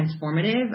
transformative